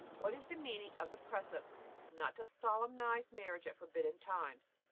what is the meaning of the precept not to solemnize marriage at forbidden times?